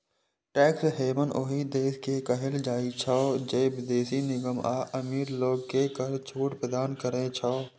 tax haven ओइ देश के कहल जाइ छै, जे विदेशी निगम आ अमीर लोग कें कर छूट प्रदान करै छै